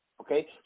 Okay